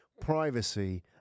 privacy